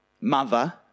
mother